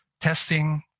testing